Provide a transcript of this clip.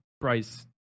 price